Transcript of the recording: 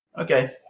Okay